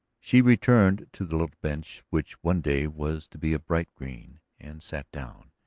she returned to the little bench which one day was to be a bright green, and sat down.